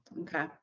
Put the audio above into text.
Okay